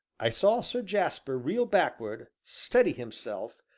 i saw sir jasper reel backward, steady himself,